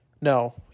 no